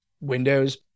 Windows